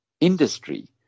industry